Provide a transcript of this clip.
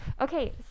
okay